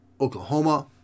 Oklahoma